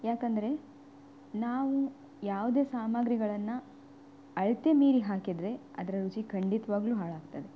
ಯಾಕೆಂದರೆ ನಾವು ಯಾವುದೇ ಸಾಮಗ್ರಿಗಳನ್ನು ಅಳತೆ ಮೀರಿ ಹಾಕಿದರೆ ಅದರ ರುಚಿ ಖಂಡಿತವಾಗ್ಲೂ ಹಾಳಾಗ್ತದೆ